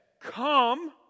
come